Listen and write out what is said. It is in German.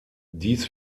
dies